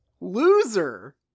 Loser